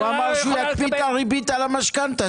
הוא אמר שהוא יקפיא את הריבית על המשכנתה,